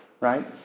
right